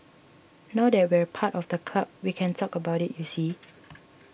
now that we're part of the club we can talk about you see